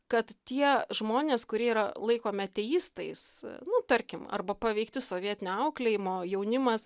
kad tie žmonės kurie yra laikomi ateistais nu tarkim arba paveikti sovietinio auklėjimo jaunimas